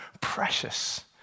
precious